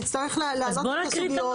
נצטרך להעלות את הסוגיות.